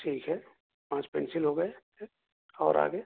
ٹھیک ہے پانچ پینسل ہو گئے اور آگے